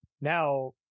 now